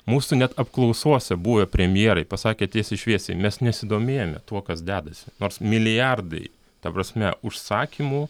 mūsų net apklausose buvę premjerai pasakė tiesiai šviesiai mes nesidomėjome tuo kas dedasi nors milijardai ta prasme užsakymų